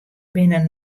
binne